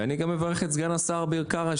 ואני מברך גם את סגן השר אביר קארה,